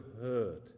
heard